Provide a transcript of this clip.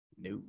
No